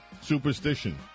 Superstition